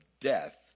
death